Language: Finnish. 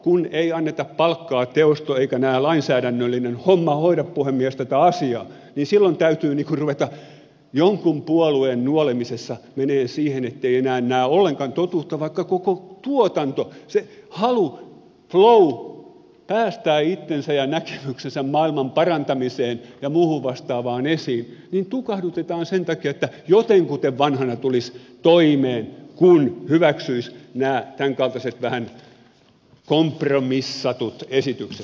kun ei anneta palkkaa kun ei teosto eikä tämä lainsäädännöllinen homma hoida puhemies tätä asiaa niin silloin täytyy ruveta jonkun puolueen nuolemisessa menemään siihen ettei enää näe ollenkaan totuutta vaikka koko tuotanto se halu flow päästää itsensä ja näkemyksensä maailman parantamiseen ja muuhun vastaavaan esiin tukahdutetaan sen takia että jotenkuten vanhana tulisi toimeen kun hyväksyisi nämä tämänkaltaiset vähän kompromissatut esitykset